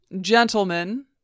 gentlemen